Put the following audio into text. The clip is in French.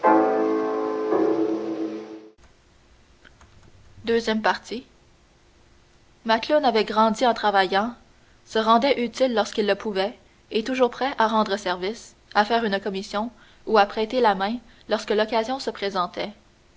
ii macloune avait grandi en travaillant se rendait utile lorsqu'il le pouvait et toujours prêt à rendre service à faire une commission ou à prêter la main lorsque l'occasion se présentait